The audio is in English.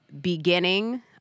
beginning